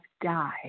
died